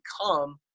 become